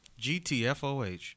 GTFOH